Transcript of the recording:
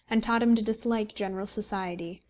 and taught him to dislike general society.